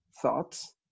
thoughts